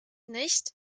nicht